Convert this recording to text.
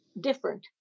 different